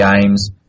games